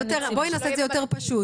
בואי נעשה את זה יותר פשוט.